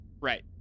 Right